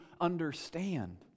understand